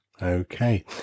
Okay